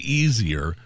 easier